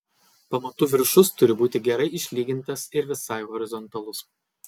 pamatų viršus turi būti gerai išlygintas ir visai horizontalus